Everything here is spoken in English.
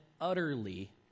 utterly